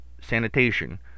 sanitation